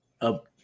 Up